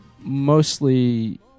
Mostly